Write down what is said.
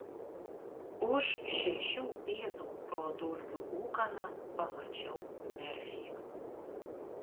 už šešių pėdų pro dulkių ūkaną pamačiau merfį